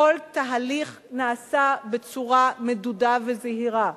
כל תהליך נעשה בצורה מדודה וזהירה.